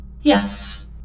Yes